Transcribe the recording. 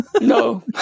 No